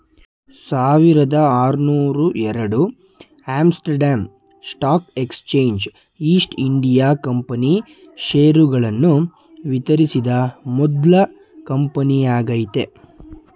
ಸಾವಿರದಆರುನೂರುಎರಡು Amsterdam stock exchange East India company ಷೇರುಗಳನ್ನು ವಿತರಿಸಿದ ಮೊದ್ಲ ಕಂಪನಿಯಾಗೈತೆ